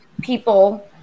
people